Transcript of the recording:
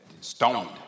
Stoned